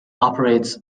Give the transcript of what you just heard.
operates